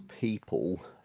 people